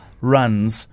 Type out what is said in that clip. runs